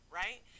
right